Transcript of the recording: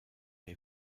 les